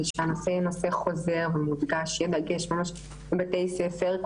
ושהנושא יהיה נושא חוזר ומודגש ממש בבתי ספר,